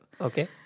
Okay